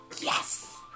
Yes